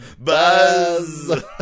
buzz